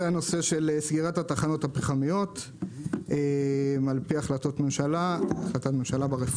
הנושא של סגירת התחנות הפחמיות על פי החלטת ממשלה ברפורמה.